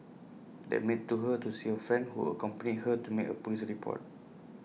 that maid took her to see A friend who accompanied her to make A Police report